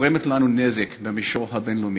גורמת לנו נזק במישור הבין-לאומי.